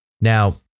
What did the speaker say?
Now